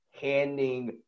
handing